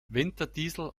winterdiesel